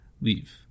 Leave